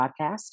podcast